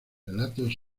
relatos